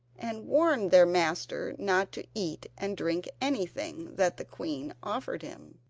and warned their master not to eat and drink anything that the queen offered him,